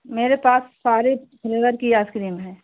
मेरे पास सारे फ़्लेवर की आइस क्रीम है